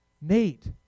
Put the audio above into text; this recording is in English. Nate